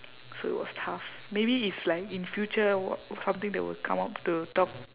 so it was tough maybe if like in future w~ something that would come up to talk